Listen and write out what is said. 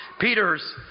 Peter's